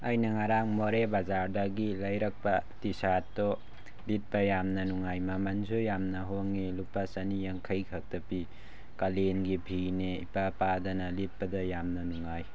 ꯑꯩꯅ ꯉꯔꯥꯡ ꯃꯣꯔꯦ ꯕꯖꯥꯔꯗꯒꯤ ꯂꯩꯔꯛꯄ ꯇꯤ ꯁꯥꯔꯠꯇꯣ ꯂꯤꯠꯄ ꯌꯥꯝꯅ ꯅꯨꯡꯉꯥꯏ ꯃꯃꯟꯁꯨ ꯌꯥꯝꯅ ꯍꯣꯡꯉꯤ ꯂꯨꯄꯥ ꯆꯅꯤ ꯌꯥꯡꯈꯩ ꯈꯛꯇ ꯄꯤ ꯀꯥꯂꯦꯟꯒꯤ ꯐꯤꯅꯦ ꯏꯄꯥ ꯄꯥꯗꯅ ꯂꯤꯠꯄꯗ ꯌꯥꯝꯅ ꯅꯨꯡꯉꯥꯏ